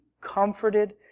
comforted